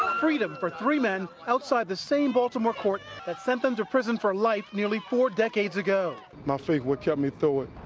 ah freedom for three men outside the same baltimore court that sent them to prison for life nearly four decades ago. my faith what kept me through it.